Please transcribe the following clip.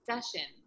session